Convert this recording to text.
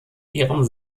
ihren